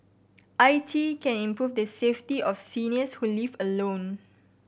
I T can improve the safety of seniors who live alone